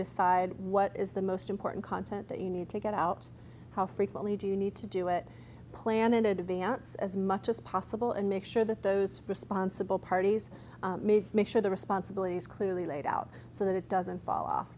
decide what is the most important content that you need to get out how frequently do you need to do it plan in advance as much as possible and make sure that those responsible parties make sure the responsibility is clearly laid out so that it doesn't fall off